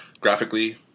graphically